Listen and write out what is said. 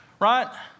right